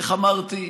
איך אמרתי,